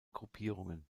gruppierungen